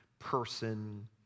person